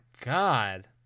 God